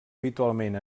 habitualment